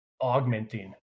augmenting